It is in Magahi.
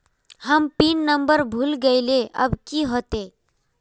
हम पिन नंबर भूल गलिऐ अब की होते?